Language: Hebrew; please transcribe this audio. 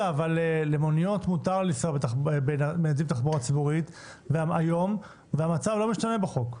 למוניות מותר לנסוע בנתיב תחבורה ציבורית היום והמצב לא משתנה בחוק.